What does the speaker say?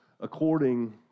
according